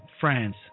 France